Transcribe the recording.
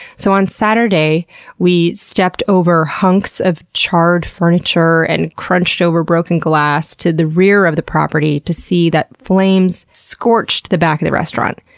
so, on saturday we stepped over hunks of charred furniture and crunched over broken glass to the rear of the property to see that flames scorched the back of the restaurant,